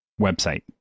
website